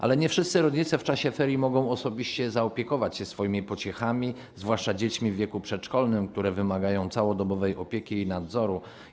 Ale nie wszyscy rodzice w czasie ferii mogą osobiście zaopiekować się swoimi pociechami, zwłaszcza dziećmi w wieku przedszkolnym, które wymagają całodobowej opieki i nadzoru.